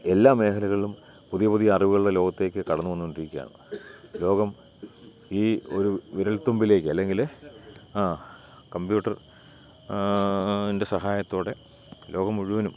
എല്ലാ മേഖലകളിലും പുതിയ പുതിയ അറിവുകളുടെ ലോകത്തേക്ക് കടന്നുവന്നു കൊണ്ടിരിക്കുകയാണ് ലോകം ഈ ഒരു വിരൽത്തുമ്പിലേക്ക് അല്ലെങ്കിൽ കമ്പ്യൂട്ടർൻ്റെ സഹായത്തോടെ ലോകം മുഴുവനും